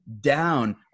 down